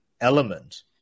element